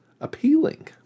appealing